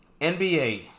NBA